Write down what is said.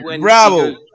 Bravo